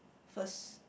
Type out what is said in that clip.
first